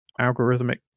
algorithmic